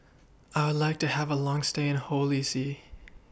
I Would like to Have A Long stay in Holy See